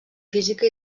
física